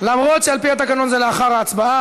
למרות שעל פי התקנון זה לאחר ההצבעה.